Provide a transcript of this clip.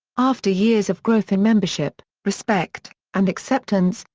after years of growth in membership, respect, and acceptance,